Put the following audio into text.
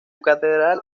catedral